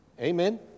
Amen